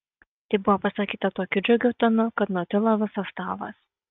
tai buvo pasakyta tokiu džiugiu tonu kad nutilo visas stalas